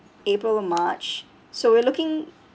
april or march so we're looking